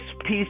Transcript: peace